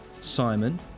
Simon